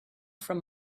from